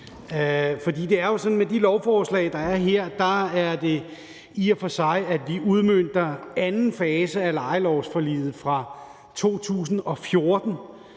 med de lovforslag, der er her, at vi i og for sig udmønter den anden fase af lejelovsforliget fra 2014,